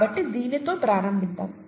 కాబట్టి దీనితో ప్రారంభిద్దాం